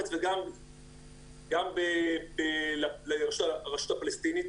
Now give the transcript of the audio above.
לא, כולל לרשות הפלסטינית